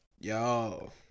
Yo